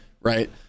Right